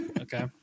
okay